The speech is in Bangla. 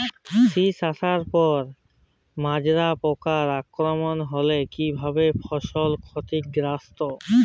শীষ আসার পর মাজরা পোকার আক্রমণ হলে কী ভাবে ফসল ক্ষতিগ্রস্ত?